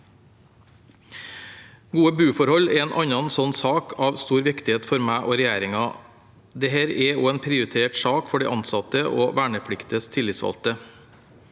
Gode boforhold er en annen sak av stor viktighet for meg og regjeringen. Det er også en prioritert sak for de ansatte og de vernepliktiges tillitsvalgte.